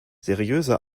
seriöse